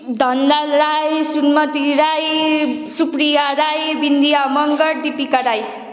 Dhanlal Rai Sunmati Rai Supriya Rai Bindya Magar Dipika Rai